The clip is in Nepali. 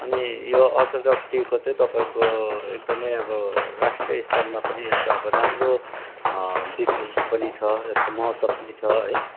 अनि यो अर्थडक्स टीको चाहिँ तपाईँको एकदमै अब राष्ट्रिय स्तरमा पनि यसको अब राम्रो बिक्री पनि छ यसको महत्त्व पनि छ है